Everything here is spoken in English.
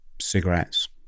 cigarettes